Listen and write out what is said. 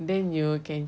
then you can